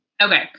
Okay